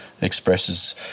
expresses